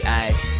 eyes